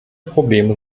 probleme